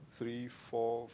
three four